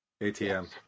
ATM